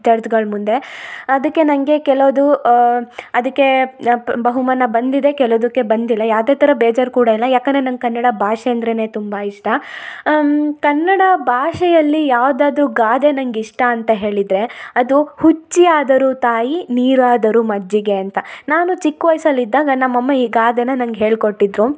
ಜಡ್ಜ್ಗಳ ಮುಂದೆ ಅದಕ್ಕೆ ನನಗೆ ಕೆಲವ್ದು ಅದಕ್ಕೆ ಬಹುಮಾನ ಬಂದಿದೆ ಕೆಲವ್ದಿಕ್ಕೆ ಬಂದಿಲ್ಲ ಯಾವುದೇ ಥರ ಬೇಜಾರು ಕೂಡ ಇಲ್ಲ ಯಾಕಂದರೆ ನಂಗೆ ಕನ್ನಡ ಭಾಷೆ ಅಂದರೇನೆ ತುಂಬಾ ಇಷ್ಟ ಕನ್ನಡ ಭಾಷೆಯಲ್ಲಿ ಯಾವ್ದಾದರು ಗಾದೆ ನಂಗೆ ಇಷ್ಟ ಅಂತ ಹೇಳಿದರೆ ಅದು ಹುಚ್ಚಿ ಆದರೂ ತಾಯಿ ನೀರಾದರು ಮಜ್ಜಿಗೆ ಅಂತ ನಾನು ಚಿಕ್ಕ ವಯ್ಸಲ್ಲಿ ಇದ್ದಾಗ ನಮ್ಮಮ್ಮ ಈ ಗಾದೆನ ನಂಗೆ ಹೇಳ್ಕೊಟ್ಟಿದ್ದರು